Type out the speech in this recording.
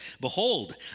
Behold